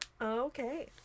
Okay